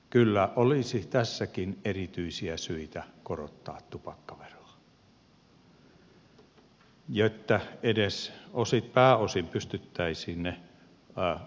kyllä olisi tässäkin erityisiä syitä korottaa tupakkaveroa jotta edes pääosin pystyttäisiin ne kustannukset kattamaan